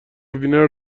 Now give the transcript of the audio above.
وینر